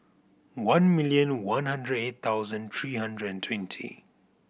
one million one hundred eight thousand three hundred twenty